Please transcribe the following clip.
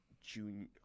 junior